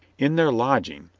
in their lodging,